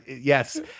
yes